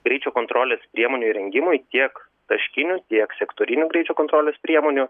greičio kontrolės priemonių įrengimui tiek taškinių tiek sektorinių greičio kontrolės priemonių